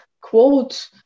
quote